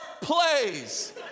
plays